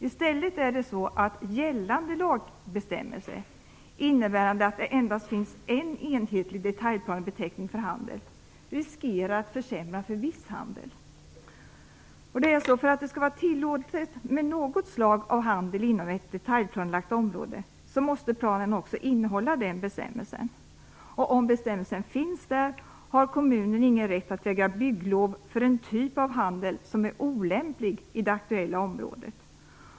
I stället är det så att gällande lagbestämmelse, innebärande att det endast finns en enhetlig detaljplanebeteckning för handel, riskerar att försämra för viss handel. För att det skall vara tillåtet med något slag av handel inom ett detaljplanelagt område måste planen innehålla den bestämmelsen. Om bestämmelsen finns där har kommunen ingen rätt att vägra bygglov för den typ av handel som är olämplig i det aktuella området.